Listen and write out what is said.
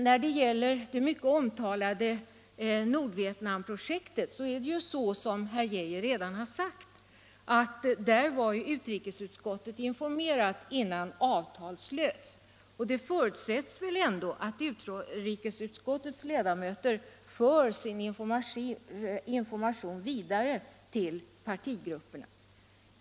När det gäller det mycket omtalade Nordvietnamprojektet var, som herr Arne Geijer i Stockholm redan har sagt, utrikesutskottet informerat innan avtal slöts. Det förutsätts väl ändå att utrikesutskottets ledamöter för sin information vidare till partigrupperna.